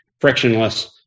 frictionless